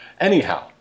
Anyhow